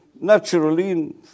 naturally